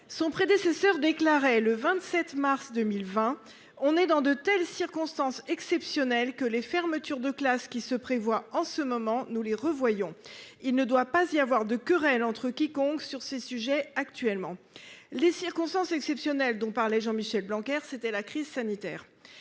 Son prédécesseur, déclarait le 27 mars 2020. On est dans de telles circonstances exceptionnelles que les fermetures de classes qui se prévoit en ce moment nous les revoyons il ne doit pas y avoir de querelles entre quiconque sur ces sujets actuellement les circonstances exceptionnelles dont parlait Jean Michel Blanquer, c'était la crise sanitaire.